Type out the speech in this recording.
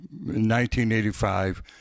1985